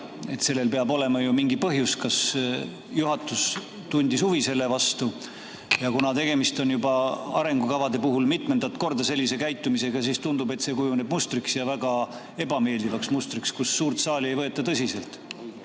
Seal peab olema mingi põhjus. Kas juhatus tundis selle vastu huvi? Kuna tegemist on arengukavade puhul juba mitmendat korda sellise käitumisega, siis tundub, et see kujuneb mustriks ja väga ebameeldivaks mustriks. Suurt saali ei võeta tõsiselt.